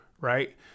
right